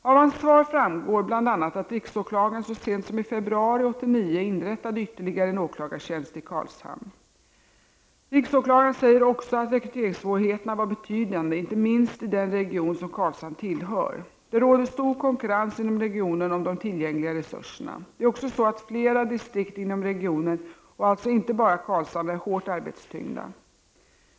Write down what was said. Av hans svar framgår bl.a. att riksåklagaren så sent som i februari 1989 inrättade ytterligare en åklagartjänst i Karlshamn. Riksåklagaren säger också att rekryteringssvårigheterna varit betydande, inte minst i den region som Karlshamn tillhör. Det råder stor konkurrens inom regionen om de tillgängliga resurserna. Det är också så att flera distrikt inom regionen, och alltså inte bara Karlshamn, är hårt arbetstyngda.